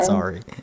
Sorry